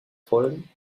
folgen